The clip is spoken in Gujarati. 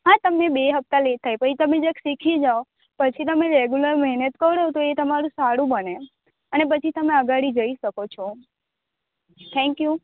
હા તમને બે હપ્તા લેટ થાય પછી તમે જ્યારે શીખી જાઓ પછી તમે રેગ્યુલર મહિને કરોને એ તમારું સારું બને અને પછી તમે આગળ જઈ શકો છો થેન્કયુ